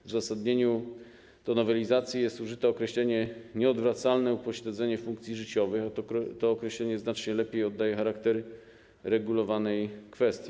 W uzasadnieniu do nowelizacji jest użyte określenie: nieodwracalne upośledzenie funkcji życiowych, a to określenie znacznie lepiej oddaje charakter regulowanej kwestii.